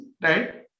Right